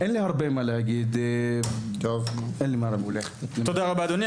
תודה רבה אדוני.